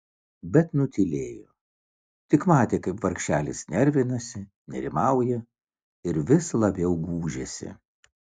bet nutylėjo tik matė kaip vargšelis nervinasi nerimauja ir vis labiau gūžiasi